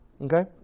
okay